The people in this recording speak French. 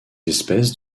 espèces